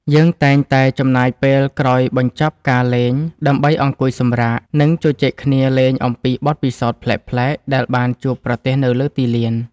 យើងតែងតែចំណាយពេលក្រោយបញ្ចប់ការលេងដើម្បីអង្គុយសម្រាក និងជជែកគ្នាលេងអំពីបទពិសោធន៍ប្លែកៗដែលបានជួបប្រទះនៅលើទីលាន។